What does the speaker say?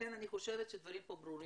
לכן אני חושבת שהדברים פה ברורים.